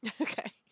Okay